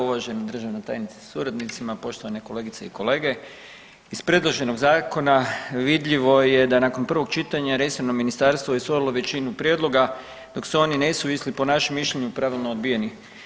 Uvažena državna tajnice sa suradnicima, poštovane kolegice i kolege, iz predloženog zakona vidljivo je da nakon prvog čitanja resorno ministarstvo je usvojilo većinu prijedloga dok se oni nesuvisli po našem mišljenju pravilno odbijeni.